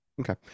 Okay